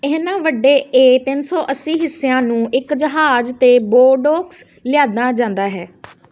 ਇਹਨਾਂ ਵੱਡੇ ਏ ਤਿੰਨ ਸੌ ਅੱਸੀ ਹਿੱਸਿਆਂ ਨੂੰ ਇੱਕ ਜਹਾਜ਼ 'ਤੇ ਬੋਰਡੋਕਸ ਲਿਆਉਂਦਾ ਜਾਂਦਾ ਹੈ